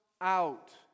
out